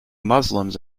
muslims